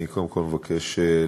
אני קודם כול מבקש להודות